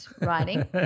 writing